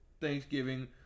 Thanksgiving